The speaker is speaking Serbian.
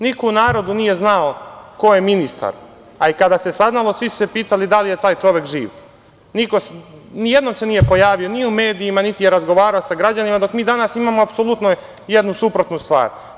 Niko u narodu nije znao ko je ministar, ali kada se saznalo svi su se pitali da li je taj čovek živ, nijednom se nije pojavio u medijima, niti je razgovarao sa građanima dok mi danas imamo apsolutno suprotnu stvar.